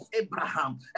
abraham